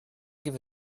give